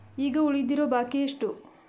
ಈಗ ಉಳಿದಿರೋ ಬಾಕಿ ಎಷ್ಟು?